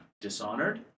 Dishonored